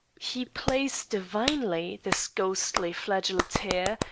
he plays divinely, this ghostly flageoleteer,